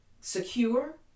secure